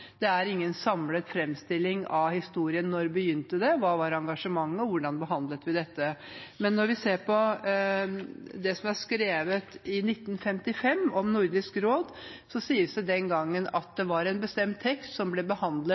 det er ingen samlet framstilling av når det begynte, hva engasjementet var, og hvordan vi behandlet vi dette. Men når vi ser på det som er skrevet i 1955 om Nordisk råd, sies det den gangen at det var en bestemt tekst som ble behandlet